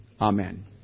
Amen